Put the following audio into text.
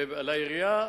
ולעירייה